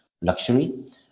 luxury